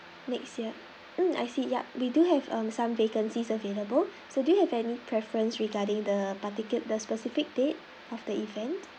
next year mm I see yup we do have some vacancies available so do you have any preference regarding the particular the specific date of the event